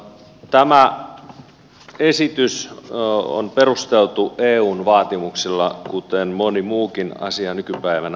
tämä esitys on perusteltu eun vaatimuksilla kuten moni muukin asia nykypäivänä on